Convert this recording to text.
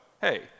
Hey